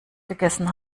gegessen